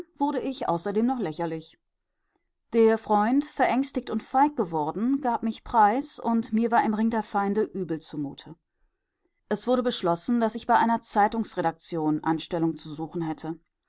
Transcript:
wurde ich außerdem noch lächerlich der freund verängstigt und feig geworden gab mich preis und mir war im ring der feinde übel zumute es wurde beschlossen daß ich bei einer zeitungsredaktion anstellung zu suchen hätte